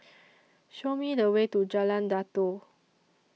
Show Me The Way to Jalan Datoh